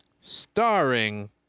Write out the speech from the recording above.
starring